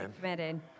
Committed